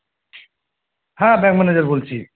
হ্যাঁ bank manager বলছি